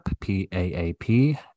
P-A-A-P